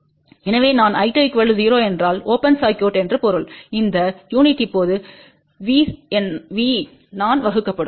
எனவே நான்I2 0 என்றால் ஓபன் சர்க்யூட் என்று பொருள் இந்த உநிட் இப்போது V நான் வகுக்கப்படும்